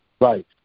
right